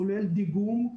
כולל דיגום,